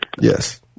Yes